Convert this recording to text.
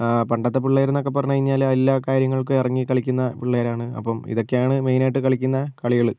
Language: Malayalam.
പണ്ടത്തെ പിള്ളേര്ന്നൊക്കെ പറഞ്ഞ് കഴിഞ്ഞാൽ എല്ലാ കാര്യങ്ങൾക്കും ഇറങ്ങി കളിക്കുന്ന പിള്ളേരാണ് അപ്പം ഇതൊക്കെയാണ് മെയ്നായിട്ട് കളിക്കുന്ന കളികൾ